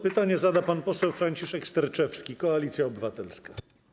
Pytanie zada pan poseł Franciszek Sterczewski, Koalicja Obywatelska.